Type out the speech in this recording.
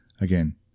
Again